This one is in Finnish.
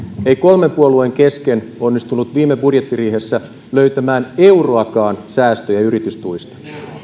ei kolmen puolueen kesken onnistunut viime budjettiriihessä löytämään euroakaan säästöjä yritystuista